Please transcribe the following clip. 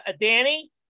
Danny